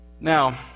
Now